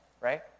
right